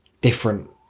different